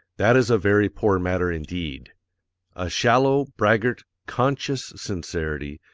that is a very poor matter indeed a shallow braggart, conscious sincerity,